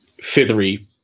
feathery